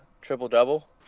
triple-double